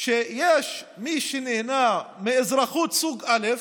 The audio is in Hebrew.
שיש מי שנהנה מאזרחות סוג א',